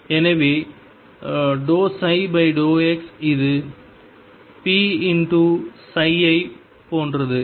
எனவே ∂ψ ∂x இது p×ψ ஐப் போன்றது